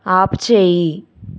ఆపుచేయి